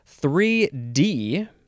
3D